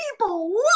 People